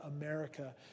America